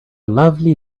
lovely